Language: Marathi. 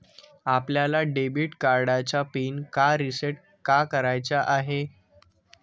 आपल्याला डेबिट कार्डचा पिन का रिसेट का करायचा आहे?